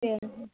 दे